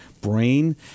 brain